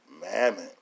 mammon